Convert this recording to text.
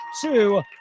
two